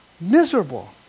miserable